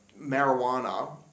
marijuana